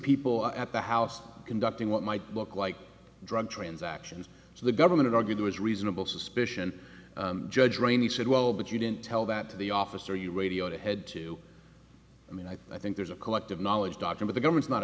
people at the house conducting what might look like drug transactions so the government argued was reasonable suspicion judge rainey said well but you didn't tell that to the officer you radioed ahead to i mean i think there's a collective knowledge doctor of the government not